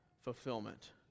fulfillment